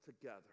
together